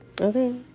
Okay